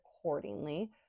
accordingly